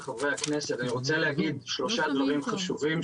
אני רוצה להגיד שלושה דברים חשובים,